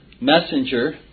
messenger